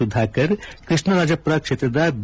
ಸುಧಾಕರ್ ಕೃಷ್ಣರಾಜಪುರ ಕ್ಷೇತ್ರದ ಬಿ